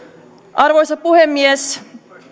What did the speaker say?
arvoisa puhemies